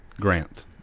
Grant